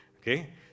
okay